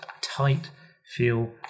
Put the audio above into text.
tight-feel